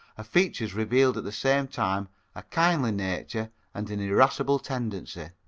features revealed at the same time a kindly nature and an irascible tendency.